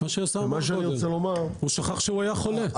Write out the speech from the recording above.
מה שהשר אמר קודם, הוא שכח שהוא היה חולה.